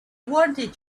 wanted